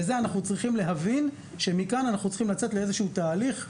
אנחנו צריכים להבין שמכאן אנחנו צריכים לצאת לאיזשהו תהליך,